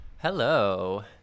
Hello